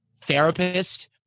therapist